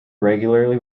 regularly